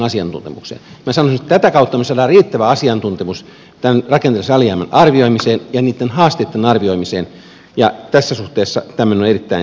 minä sanoisin että tätä kautta me saamme riittävän asiantuntemuksen tämän rakenteellisen alijäämän arvioimiseen ja niitten haasteitten arvioimiseen ja tässä suhteessa tämmöinen on erittäin tärkeää